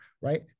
right